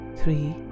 three